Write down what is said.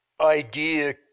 idea